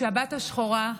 בשבת השחורה,